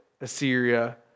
Assyria